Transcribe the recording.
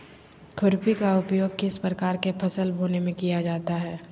खुरपी का उपयोग किस प्रकार के फसल बोने में किया जाता है?